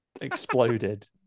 exploded